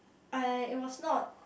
I it was not